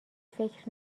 فکر